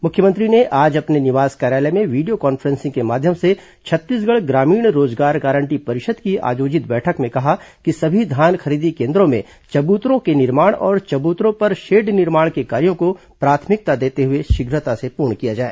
मुख्यमंत्री ने आज अपने निवास कार्यालय में video conferencing के माध्यम से छ र ीसगढ़ ग्रामीण रोजगार गारंटी परिषद की आयोजित बैठक में कहा कि सभी धान खरीदी केन द्र ों में चबूतरों के निर्माण और चबूतरों पर शेड निर्माण के कार्यो को प्राथमिकता देते हुए शीघ्रता से पूर्ण किया जाए